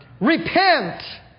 Repent